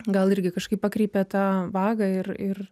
gal irgi kažkaip pakreipė tą vagą ir ir